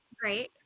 great